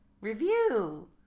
Review